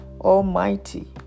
Almighty